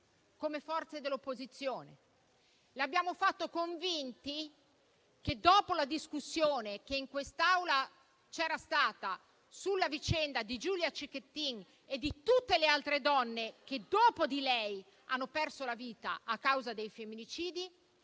come forze dell'opposizione; l'abbiamo fatto convinti che, dopo la discussione svolta in quest'Aula sulla vicenda di Giulia Cecchettin e di tutte le altre donne che dopo di lei hanno perso la vita a causa dei femminicidi,